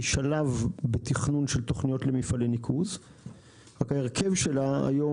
תיקון סעיף 811. בסעיף 8 לחוק העיקרי,